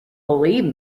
believe